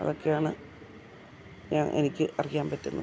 അതൊക്കെയാണ് ഞാൻ എനിക്ക് അറിയാൻ പറ്റുന്നത്